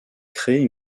crée